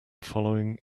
following